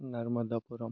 Narmadapuram